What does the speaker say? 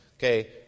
Okay